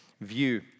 view